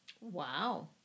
Wow